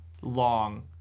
long